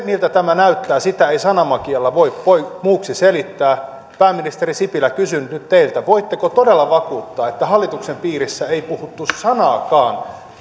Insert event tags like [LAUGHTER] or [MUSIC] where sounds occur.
miltä tämä näyttää ei sanamagialla voi voi muuksi selittää pääministeri sipilä kysyn nyt nyt teiltä voitteko todella vakuuttaa että hallituksen piirissä ei puhuttu sanaakaan [UNINTELLIGIBLE]